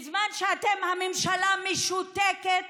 בזמן שאתם בממשלה משותקת,